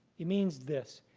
it means this.